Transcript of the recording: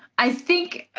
i think,